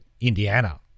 Indiana